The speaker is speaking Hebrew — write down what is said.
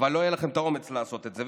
לא היה לכם את האומץ לעשות את זה.